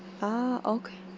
ah okay